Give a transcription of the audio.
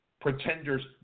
pretenders